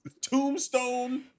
Tombstone